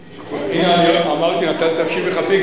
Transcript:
הנה, אני אמרתי: נתתי נפשי בכפי.